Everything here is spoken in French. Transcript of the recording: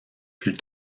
plus